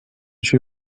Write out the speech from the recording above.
she